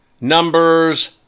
numbers